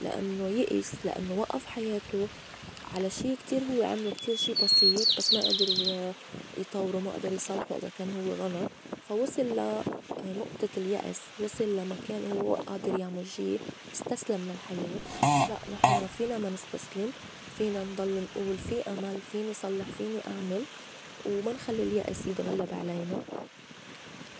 لأنّو يأس لأنّو وئّف حياته على شي كتير هوّي عملو كتير شي بسيط بس ما أدر يطوّرو ما أدر يصلْحه إذا كان هوّ غلط فا وصل لا نُقطة اليأس وصل لا مكان هوّ ما بئ آدر يعمُل شي استسلم للحياة. لأ نحن فينا ما نستسلم فينا نضل نقول في أمل فيني صلّح فيني أعمل وما نخلّي اليأس يتغلّب علينا